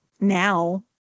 now